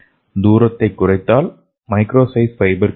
தூரத்தை குறைத்தால் micro size fibre கிடைக்கும்